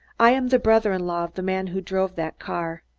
i am the brother-in-law of the man who drove that car.